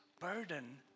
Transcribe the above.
burden